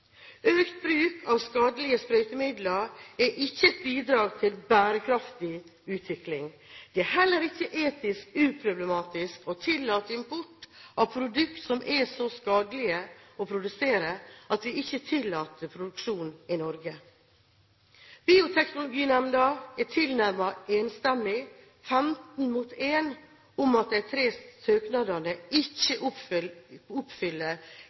Økt bruk av skadelige sprøytemidler er ikke et bidrag til bærekraftig utvikling. Det er heller ikke etisk uproblematisk å tillate import av produkt som er så skadelige å produsere at vi ikke tillater produksjon i Norge. Bioteknologinemnda er tilnærmet enstemmig – 15 stemmer mot 1 – med hensyn til at de tre søknadene ikke oppfyller